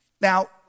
Now